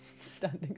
Standing